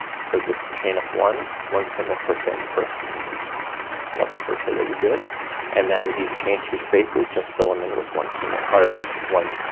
so just chain up one, one single crochet in the first double crochet that you did and then these chain two spaces just fill them in with one single or with one,